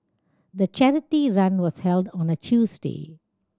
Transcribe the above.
the charity run was held on a Tuesday